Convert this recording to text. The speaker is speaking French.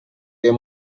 des